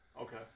Okay